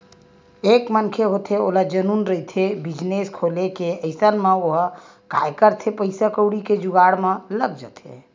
एक मनखे होथे ओला जनुन रहिथे बिजनेस खोले के अइसन म ओहा काय करथे पइसा कउड़ी के जुगाड़ म लग जाथे